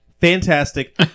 Fantastic